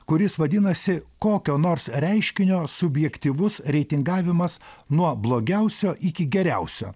kuris vadinasi kokio nors reiškinio subjektyvus reitingavimas nuo blogiausio iki geriausio